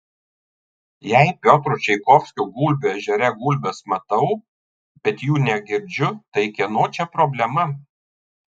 jei piotro čaikovskio gulbių ežere gulbes matau bet jų negirdžiu tai kieno čia problema